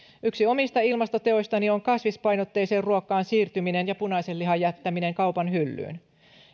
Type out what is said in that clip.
yksi omista ilmastoteoistani on kasvispainotteiseen ruokaan siirtyminen ja punaisen lihan jättäminen kaupan hyllyyn